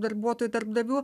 darbuotojų darbdavių